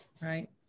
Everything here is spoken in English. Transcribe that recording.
Right